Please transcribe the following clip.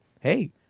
hey